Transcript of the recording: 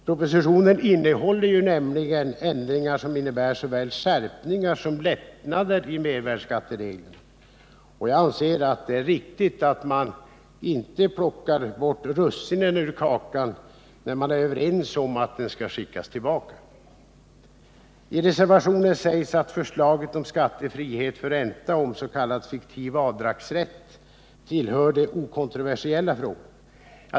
Propositionen innehåller ju ändringar som innebär såväl skärpningar som lättnader i mervärdeskattereglerna. Jag anser det inte riktigt att man plockar bort russinen ur kakan, när vi är överens om att den skall skickas tillbaka. I reservationen sägs att förslaget om skattefrihet för ränta och om s.k. fiktiv avdragsrätt tillhör de okontroversiella frågorna.